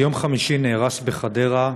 ביום חמישי נהרס בחדרה,